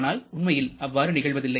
ஆனால் உண்மையில் அவ்வாறு நிகழ்வதில்லை